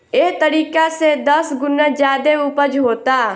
एह तरीका से दस गुना ज्यादे ऊपज होता